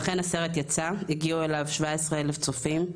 ואכן הסרט יצא, הגיעו אליו שבע עשרה אלף צופים,